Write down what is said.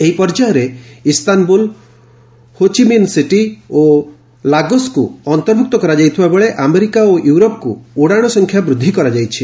ଏହି ପର୍ଯ୍ୟାୟରେ Istanbul Ho Chi Minh City ଓ ଲାଗୋସ୍କୁ ଅନ୍ତର୍ଭୁକ୍ତ କରାଯାଇଥିବାବେଳେ ଆମେରିକା ଓ ୟୁରୋପ୍କୁ ଉଡ଼ାଣ ସଂଖ୍ୟା ବୃଦ୍ଧି କରାଯାଇଛି